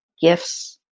gifts